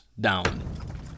down